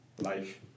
life